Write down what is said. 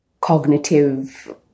cognitive